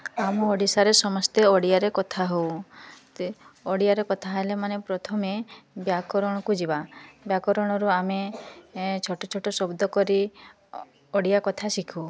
ଆମ ଓଡ଼ିଶାରେ ସମସ୍ତେ ଓଡ଼ିଆରେ କଥା ହେଉ ତେ ଓଡ଼ିଆରେ କଥା ହେଲେ ମାନେ ପ୍ରଥମେ ବ୍ୟାକରଣକୁ ଯିବା ବ୍ୟାକରଣରୁ ଆମେ ଛୋଟ ଛୋଟ ଶବ୍ଦ କରି ଓଡ଼ିଆ କଥା ଶିଖୁ